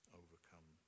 overcome